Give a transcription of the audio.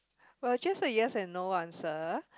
well just a yes and no answer